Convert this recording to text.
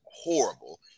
horrible